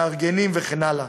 מארגנים וכן הלאה.